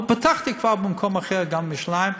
אבל פתחתי כבר במקום אחר, גם בירושלים,